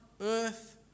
earth